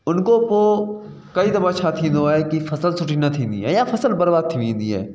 उन खां पोइ कई दफ़ा छा थींदो आहे कि फसल सुठी न थींदी आहे या फसल बर्बाद थी वेंदी आहे